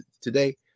today